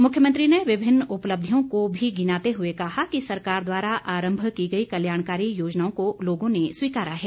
मुख्यमंत्री ने विभिन्न उपलब्धियों को भी गिनाते हुए कहा कि सरकार द्वारा आरंभ की गई कल्याणकारी योजनाओं को लोगों ने स्वीकारा है